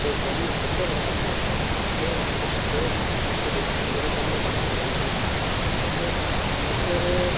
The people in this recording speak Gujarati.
જે ઘરની અંદર રમાતી હોય તે રમતોમાં બહુ જ મોટો ડિફરન્સ હોય છે તમને પણ ખબર જ હશે કેમ કે અત્યારે